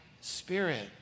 spirit